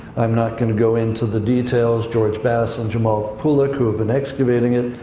i'm not going to go into the details. george bass and cemal pulak, who have been excavating it,